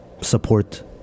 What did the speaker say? support